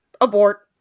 abort